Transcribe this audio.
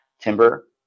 timber